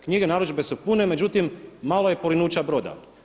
Knjige narudžbe su pune, međutim malo je porinuća broda.